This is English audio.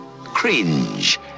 Cringe